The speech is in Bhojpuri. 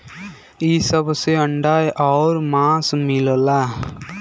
इ सब से अंडा आउर मांस मिलला